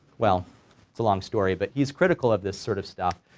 well it's a long story, but he's critical of this sort of stuff,